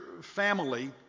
Family